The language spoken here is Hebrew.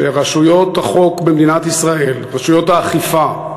שרשויות החוק במדינת ישראל, רשויות האכיפה,